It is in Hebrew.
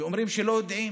ואומרים שלא יודעים.